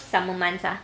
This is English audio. summer months ah